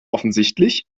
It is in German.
offensichtlich